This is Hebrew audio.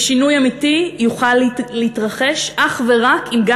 ושינוי אמיתי יוכל להתרחש אך ורק אם גם